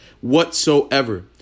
whatsoever